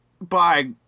Bye